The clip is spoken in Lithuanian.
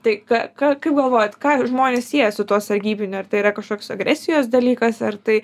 tai ka ka kaip galvojat ką žmonės sieja su tuo sargybiniu ar tai yra kažkoks agresijos dalykas ar tai